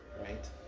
right